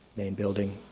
main building,